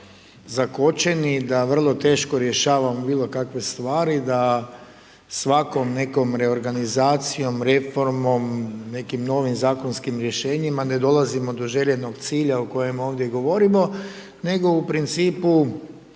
zakočeni, da vrlo teško rješavamo bilo kakve stvari, da svakom nekom reorganizacijom, reformom, nekim novim zakonskim rješenjima, ne dolazimo do željenog cilja o kojem ovdje govorimo, nego u principu